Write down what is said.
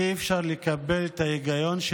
אי-אפשר לקבל את ההיגיון,